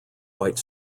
white